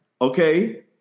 Okay